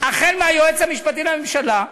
החל מהיועץ המשפטי לממשלה,